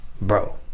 Bro